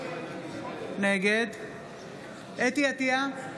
נגד חוה אתי עטייה,